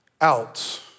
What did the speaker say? out